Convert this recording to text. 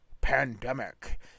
pandemic